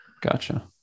Gotcha